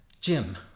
Jim